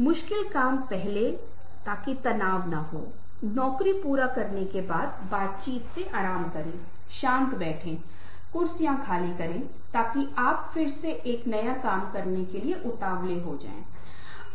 मैं किसको प्राथमिकता दूंगा कहाँ मैं पहली चीज रखूंगा कहाँ मैं दूसरी चीज रखूंगा कहाँ मैं तीसरी चीज रखूंगा ताकि मेरी प्रस्तुति को स्पष्ट किया जा सकता है